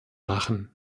machen